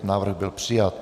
Návrh byl přijat.